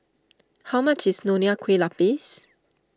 how much is Nonya Kueh Lapis